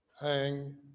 hang